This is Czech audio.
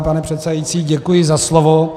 Pane předsedající, děkuji za slovo.